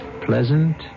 pleasant